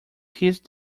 peace